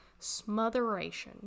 smotheration